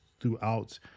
throughout